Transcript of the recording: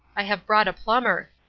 i have brought a plumber